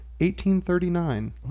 1839